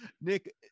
Nick